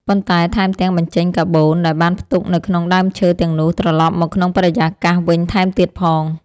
ប៉ុន្តែថែមទាំងបញ្ចេញកាបូនដែលបានផ្ទុកនៅក្នុងដើមឈើទាំងនោះត្រឡប់មកក្នុងបរិយាកាសវិញថែមទៀតផង។